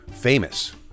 famous